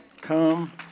Come